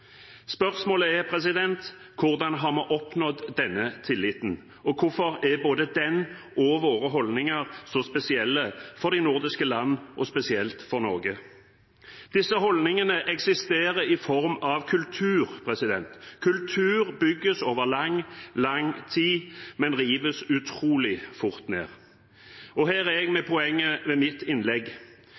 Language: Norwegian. Spørsmålet er: Hvordan har vi oppnådd denne tilliten, og hvorfor er både den og våre holdninger så spesielle for de nordiske land, spesielt for Norge? Disse holdningene eksisterer i form av kultur. Kultur bygges over lang, lang tid, men rives utrolig fort ned. Her er jeg ved poenget i mitt innlegg.